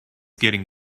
getting